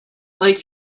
like